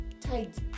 tight